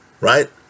Right